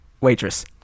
Waitress